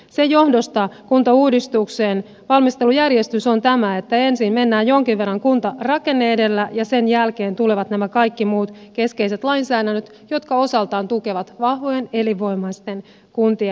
sen johdosta kuntauudistuksen valmistelujärjestys on tämä että ensin mennään jonkin verran kuntarakenne edellä ja sen jälkeen tulevat nämä kaikki muut keskeiset lainsäädännöt jotka osaltaan tukevat vahvojen elinvoimaisten kuntien mallia